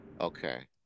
Okay